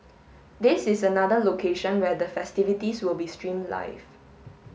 this is another location where the festivities will be stream live